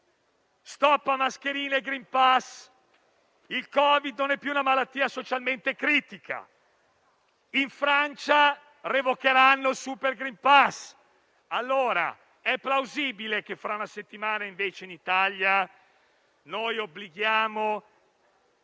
stop a mascherine e *green pass*: il Covid-19 non è più una malattia socialmente critica; in Francia revocheranno il *super green pass*. Allora, è plausibile che fra una settimana, invece, in Italia noi obblighiamo